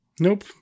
Nope